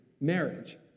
marriage